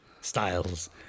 styles